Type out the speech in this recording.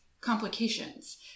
complications